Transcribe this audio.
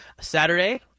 Saturday